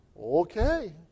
Okay